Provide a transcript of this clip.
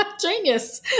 genius